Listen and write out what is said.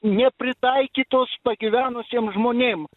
nėpritaikytos pagyvenusiem žmonėm